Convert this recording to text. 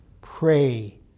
pray